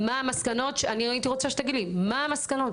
מה המסקנות, הייתי רוצה שתגיד לי מה המסקנות.